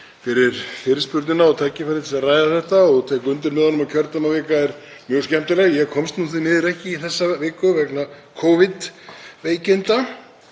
fyrir fyrirspurnina og tækifærið til að ræða þetta og tek undir með honum að kjördæmavika er mjög skemmtileg. Ég komst því miður ekki þessa viku vegna Covid-veikinda